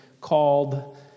called